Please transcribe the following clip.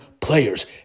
players